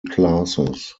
classes